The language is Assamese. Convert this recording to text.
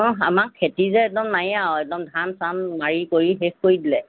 অহ আমাৰ খেতি যে একদম নায়ে আৰু একদম ধান চান মাৰি কৰি শেষ কৰি দিলে